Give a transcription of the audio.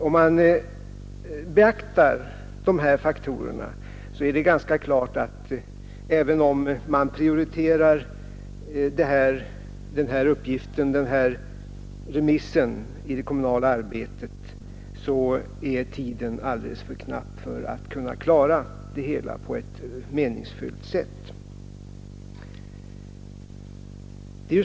Om man beaktar dessa faktorer står det ganska klart, att även om vi prioriterar remissarbetet i den kommunala verksamheten, så är tiden ändå för knapp för att uppgifterna skall kunna klaras på ett meningsfullt sätt.